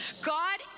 God